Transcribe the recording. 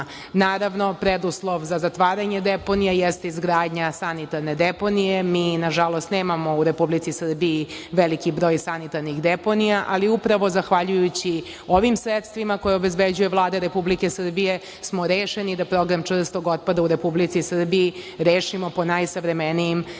Naravno, preduslov za zatvaranje deponija jeste izgradnja sanitarne deponije. Mi, nažalost, nemamo u Republici Srbiji veliki broj sanitarnih deponija, ali upravo zahvaljujući ovim sredstvima koje obezbeđuje Vlada Republike Srbije smo rešeni da problem čvrstog otpada u Republici Srbiji rešimo po najsavremenijim